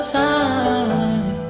time